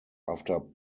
after